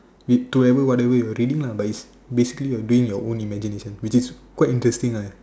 which to ever whatever you're reading lah but it's basically you're doing your own imagination which is quite interesting ah